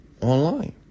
online